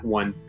one